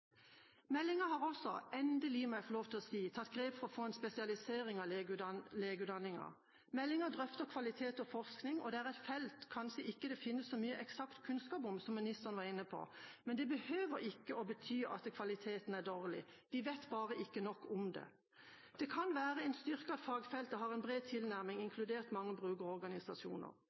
har også – endelig, må jeg få lov til å si – tatt grep for å få en spesialisering av legeutdanningen. Meldingen drøfter kvalitet og forskning, og det er et felt det kanskje ikke finnes så mye eksakt kunnskap om, som ministeren var inne på. Det behøver ikke å bety at kvaliteten er dårlig, vi vet bare ikke nok om det. Det kan være en styrke at fagfeltet har en bred tilnærming, inkludert mange